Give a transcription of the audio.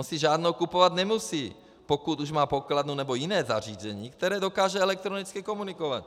On si žádnou kupovat nemusí, pokud už má pokladnu nebo jiné zařízení, které dokáže elektronicky komunikovat.